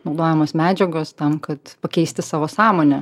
naudojamos medžiagos tam kad pakeisti savo sąmonę